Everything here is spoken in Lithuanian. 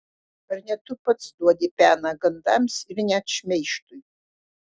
ar ne tu pats duodi peną gandams ir net šmeižtui